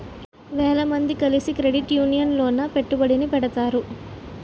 వేల మంది కలిసి క్రెడిట్ యూనియన్ లోన పెట్టుబడిని పెడతారు